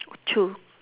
two